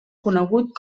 conegut